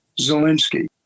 Zelensky